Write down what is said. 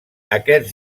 aquests